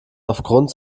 aufgrund